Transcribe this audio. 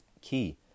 key